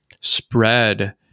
spread